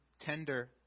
tender